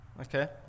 okay